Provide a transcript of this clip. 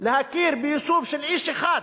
להכיר ביישוב של איש אחד,